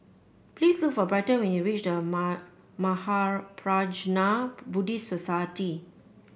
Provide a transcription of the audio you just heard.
please look for Bryton when you reach The Mahaprajna Buddhist Society